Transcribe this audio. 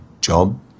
job